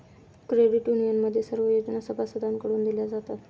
credit युनियनमध्ये सर्व योजना सभासदांकडून केल्या जातात